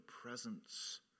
presence